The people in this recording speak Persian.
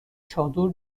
چادر